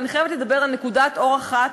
אבל אני חייבת לדבר על נקודת אור אחת.